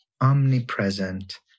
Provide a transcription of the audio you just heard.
omnipresent